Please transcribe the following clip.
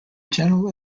general